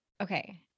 Okay